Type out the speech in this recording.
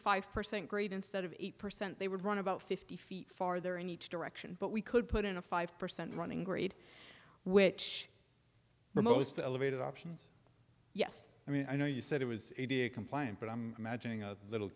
five percent grade instead of eight percent they would run about fifty feet farther in each direction but we could put in a five percent running grade which most elevated options yes i mean i know you said it was a complaint but i'm imagining a little